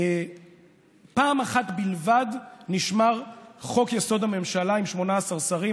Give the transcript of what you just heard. פעם אחת בלבד נשמר חוק-יסוד: הממשלה עם 18 שרים,